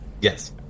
Yes